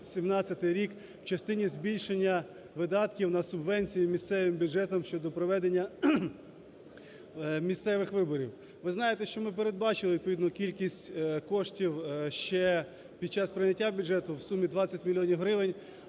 2017 рік в частині збільшення видатків на субвенції місцевим бюджетам щодо проведення місцевих виборів. Ви знаєте, що ми передбачили відповідну кількість коштів ще під час прийняття бюджету в сумі 20 мільйонів